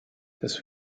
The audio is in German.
das